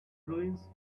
ruins